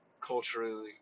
culturally